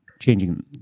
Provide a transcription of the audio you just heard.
changing